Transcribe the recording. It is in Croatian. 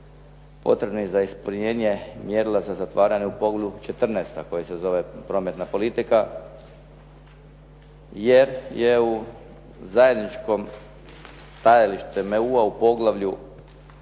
potrebnih za ispunjenje mjerila za zatvaranje u poglavlju 14. a koji se zove prometna politika, jer je u zajedničkom stajalištu EU-a u poglavlju